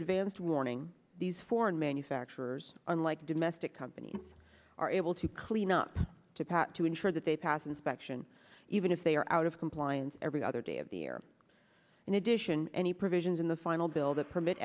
advanced warning these foreign manufacturers unlike domestic companies are able to clean up to pat to ensure that they pass inspection even if they are out of compliance every other day of the year in addition any provisions in the final bill that permit